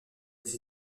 les